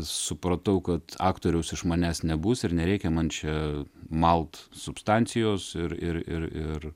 supratau kad aktoriaus iš manęs nebus ir nereikia man čia malt substancijos ir ir ir ir